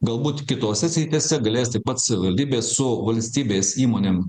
galbūt kitose srityse galės taip pat savivaldybės su valstybės įmonėm